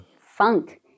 funk